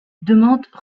demande